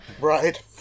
right